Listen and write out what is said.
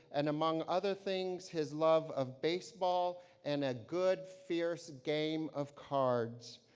and among other things his love of baseball and a good fierce game of cards.